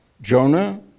Jonah